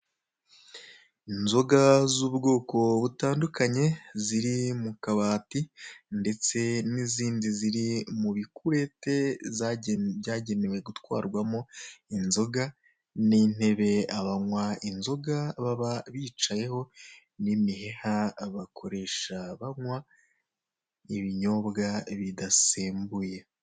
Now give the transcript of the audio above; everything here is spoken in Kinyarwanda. Inzoga z'ubwoko butandukanye ziri mu kabati ndetse n'izindi ziri mu bikurete byagenewe gutwarwamo inzoga n'intebe abanywa inzoga baba bicayeho n'imiheha bakoresha banywa iinyobwa bidasembuye.